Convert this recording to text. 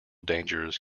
dangers